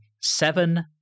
seven